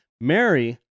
mary